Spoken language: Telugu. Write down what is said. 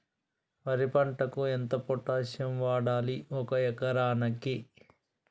వరి పంటకు ఎంత పొటాషియం వాడాలి ఒక ఎకరానికి?